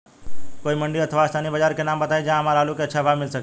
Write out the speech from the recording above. कोई मंडी अथवा स्थानीय बाजार के नाम बताई जहां हमर आलू के अच्छा भाव मिल सके?